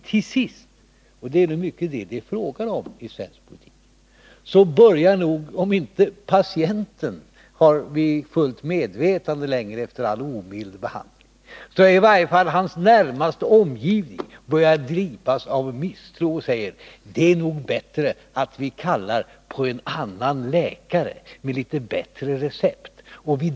Till sist — och det är nog mycket det som det är fråga om i svensk politik — börjar om inte patienten, som kanske inte längre är vid fullt medvetande efter all omild behandling, så i varje fall hans närmaste omgivning att gripas av misstro. Man säger: Det är nog bättre att vi kallar på en annan läkare som har litet bättre recept.